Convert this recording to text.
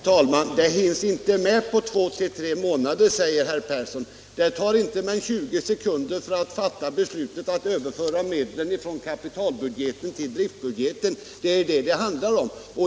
Herr talman! Det hinns inte med på två till tre månader, säger herr Persson. Det tar inte mer än 20 sekunder att fatta beslutet att överföra medlen från kapitalbudgeten till driftbudgeten, det är det det handlar om.